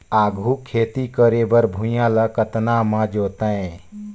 आघु खेती करे बर भुइयां ल कतना म जोतेयं?